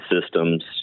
systems